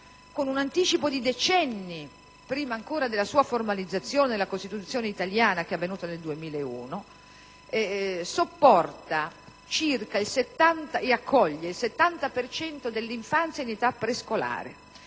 con un anticipo di decenni prima ancora della sua formalizzazione nella Costituzione italiana che è avvenuta nel 2001, sopportano ed accolgono il 70 per cento dell'infanzia in età prescolare,